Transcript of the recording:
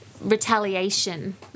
retaliation